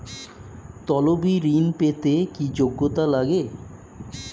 তলবি ঋন পেতে কি যোগ্যতা লাগে?